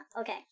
okay